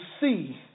see